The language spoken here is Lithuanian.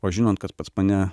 o žinant kad pas mane